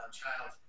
child